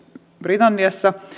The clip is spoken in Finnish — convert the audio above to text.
britanniassa